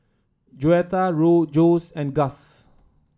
Joetta Jose and Gus